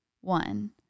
One